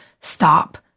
Stop